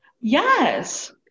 Yes